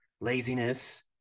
laziness